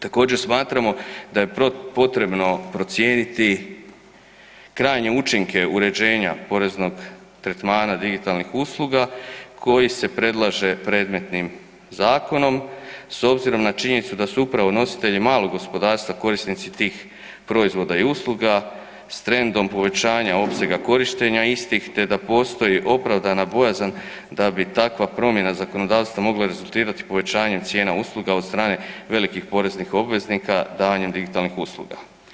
Također smatramo da je potrebno procijeniti krajnje učinke uređenja poreznog tretmana digitalnih usluga koji se predlaže predmetnim zakonom s obzirom na činjenicu da su upravo nositelji malog gospodarstva korisnici tih proizvoda i usluga s trendom povećanja opsega korištenja istih te da postoji opravdana bojazan da bi takva promjena zakonodavstva mogla rezultirati povećanjem cijena usluga od strane velikih poreznih obveznika davanjem digitalnih usluga.